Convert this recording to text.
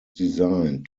designed